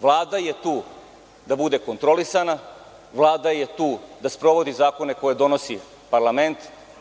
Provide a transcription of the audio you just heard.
Vlada je tu da bude kontrolisana, Vlada je tu da sprovodi zakone koje donosi parlament.